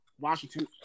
Washington